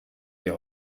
ihr